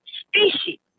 species